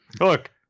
Look